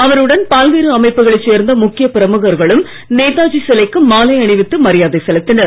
அவருடன் பல்வேறு அமைப்புகளை சேர்ந்த முக்கிய பிரமுகர்களும் நேதாஜி சிலைக்கு மாலை அணிவித்து மரியாதை செலுத்தினர்